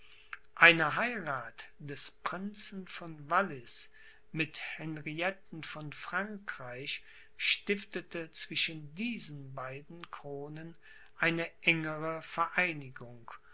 eine heirath des prinzen von wallis mit henrietten von frankreich stiftete zwischen diesen beiden kronen eine engere vereinigung